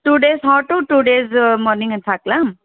two days hot two days morning ಅಂತ ಹಾಕ್ಲಾ